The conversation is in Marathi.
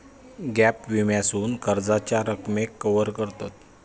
गॅप विम्यासून कर्जाच्या रकमेक कवर करतत